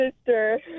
sister